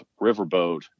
riverboat